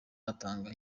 aratanga